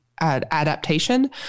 adaptation